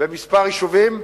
בכמה יישובים,